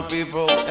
people